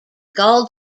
gall